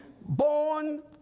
born